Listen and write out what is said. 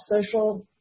social